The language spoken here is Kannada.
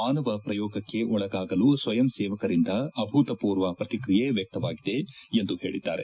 ಮಾನವ ಪ್ರಯೋಗಕ್ಕೆ ಒಳಗಾಗಲು ಸ್ವಯಂ ಸೇವಕರಿಂದ ಅಭೂತಪೂರ್ವ ಪ್ರತಿಕ್ರಿಯೆ ವ್ಯಕ್ತವಾಗಿದೆ ಎಂದು ಹೇಳಿದ್ದಾರೆ